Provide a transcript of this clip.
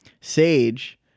sage